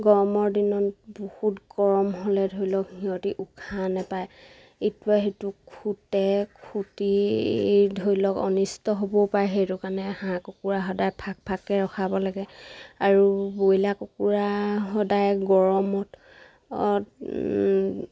গৰমৰ দিনত বহুত গৰম হ'লে ধৰি লওক সিহঁতি উখা নাপায় ইটোৱে সেইটো খুটে খুটি ধৰি লওক অনিষ্ট হ'বও পাৰে সেইটো কাৰণে হাঁহ কুকুৰা সদায় ফাক ফাককৈ ৰখাব লাগে আৰু ব্ৰইলাৰ কুকুৰা সদায় গৰমত